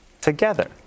together